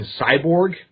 cyborg